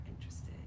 interested